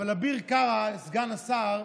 אבל אביר קארה, סגן השר,